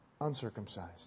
uncircumcised